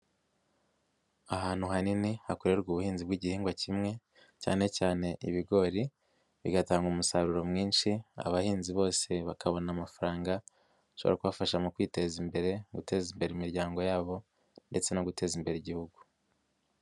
Ahantu hanini hakorerwa ubuhinzi bw'igihingwa kimwe, cyane cyane ibigori, bigatanga umusaruro mwinshi, abahinzi bose bakabona amafaranga, ashobora kubafasha mu kwiteza, guteza imbere imiryango yabo ndetse no guteza imbere igihugu.